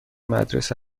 مدرسه